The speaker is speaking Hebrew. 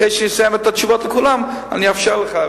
אחרי שאני אסיים את התשובות לכולם אני אאפשר לך,